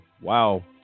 Wow